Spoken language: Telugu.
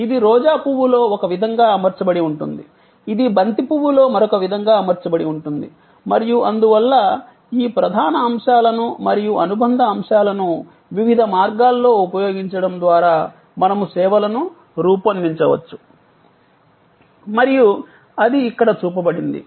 ఇది రోజా పువ్వు లో ఒక విధంగా అమర్చబడి ఉంటుంది ఇది బంతి పువ్వులో మరొక విధంగా అమర్చబడి ఉంటుంది మరియు అందువల్ల ఈ ప్రధాన అంశాలను మరియు అనుబంధ అంశాలను వివిధ మార్గాల్లో ఉపయోగించడం ద్వారా మనము సేవలను రూపొందించవచ్చు మరియు అది ఇక్కడ చూపబడింది